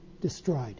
destroyed